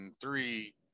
Three